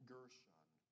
Gershon